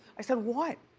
i said, what?